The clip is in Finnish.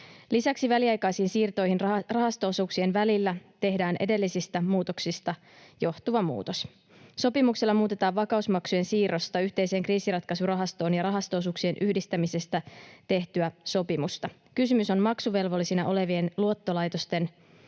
Lisäksi väliaikaisiin siirtoihin rahasto-osuuksien välillä tehdään edellisestä muutoksesta johtuva muutos. Sopimuksella muutetaan vakausmaksujen siirrosta yhteiseen kriisinratkaisurahastoon ja rahasto-osuuksien yhdistämisestä tehtyä sopimusta. Kysymys on maksuvelvollisina olevien luottolaitosten